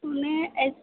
नहि अछि